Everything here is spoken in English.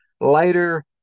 lighter